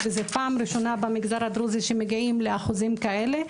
וזה פעם ראשונה במגזר הדרוזי שמגיעים לאחוזים כאלה,